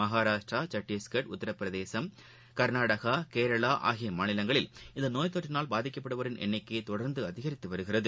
மகாராஷ்டிரா சத்திஷ்கா் உத்திரபிரதேஷ் கா்நாடகா கேரளா ஆகிய மாநிலங்களில் இந்த நோய் தொற்றினால் பாதிக்கப்படுவோரின் எண்ணிக்கை தொடர்ந்து அதிகரித்து வருகிறது